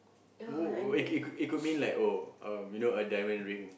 !woah! it coul it could it could mean like oh you know a diamond ring